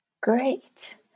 Great